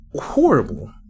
horrible